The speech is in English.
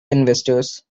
investors